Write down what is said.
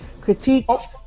critiques